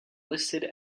listed